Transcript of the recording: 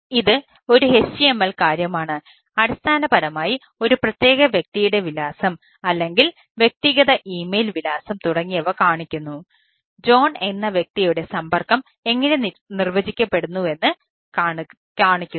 ഇത് ഒരു html കാര്യമാണ് അടിസ്ഥാനപരമായി ഒരു പ്രത്യേക വ്യക്തിയുടെ വിലാസം അല്ലെങ്കിൽ വ്യക്തിഗത ഇമെയിൽ എന്ന വ്യക്തിയുടെ സമ്പർക്കം എങ്ങനെ നിർവചിക്കപ്പെടുന്നുവെന്ന് കാണിക്കുന്നു